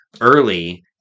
early